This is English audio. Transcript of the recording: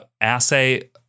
assay